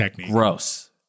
gross